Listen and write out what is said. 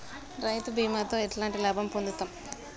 రైతు బీమాతో ఎట్లాంటి లాభం పొందుతం?